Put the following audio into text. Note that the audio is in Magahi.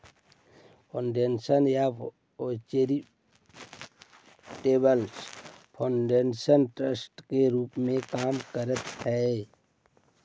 फाउंडेशन या चैरिटेबल फाउंडेशन ट्रस्ट के रूप में काम करऽ हई